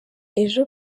ejo